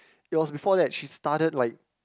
it was before that she started like